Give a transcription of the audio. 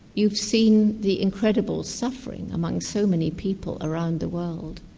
you've seen the incredible suffering among so many people around the world.